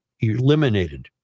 eliminated